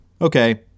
Okay